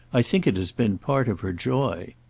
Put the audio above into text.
i think it has been part of her joy.